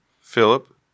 Philip